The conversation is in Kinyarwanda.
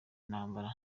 intambara